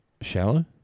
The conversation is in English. Shallow